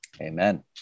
Amen